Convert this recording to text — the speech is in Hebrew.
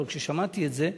אבל שמעתי על זה,